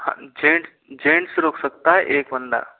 हाँ gents gents रुक सकता है एक बंदा